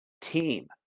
team